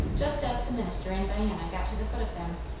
just as the minister and diana got to the foot of them.